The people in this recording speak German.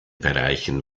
bereichen